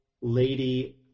lady